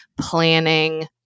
planning